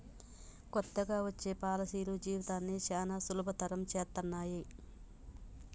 కొత్తగా వచ్చే పాలసీలు జీవితాన్ని చానా సులభతరం చేత్తన్నయి